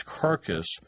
carcass